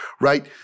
right